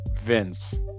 Vince